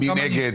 מי נגד?